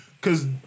Cause